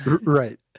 Right